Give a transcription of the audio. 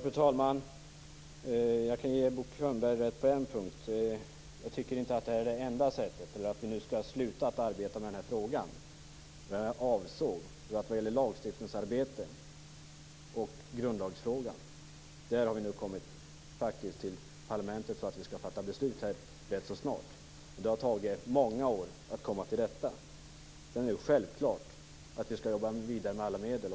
Fru talman! Jag kan ge Bo Könberg rätt på en punkt. Jag tycker inte att det här är det enda sättet eller att vi nu skall sluta att arbeta med den här frågan. Vad jag avsåg var att vi vad gäller lagstiftningsarbetet och grundlagsfrågan nu faktiskt har kommit till parlamentet för att vi skall fatta beslut rätt snart. Det har tagit många år att komma fram till det. Det är självklart att vi sedan också skall jobba vidare med alla medel.